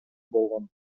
болгон